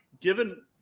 given